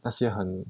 那些很